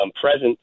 presence